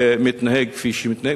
מתנהג כפי שהוא מתנהג.